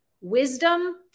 wisdom